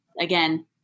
again